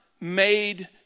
made